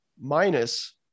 minus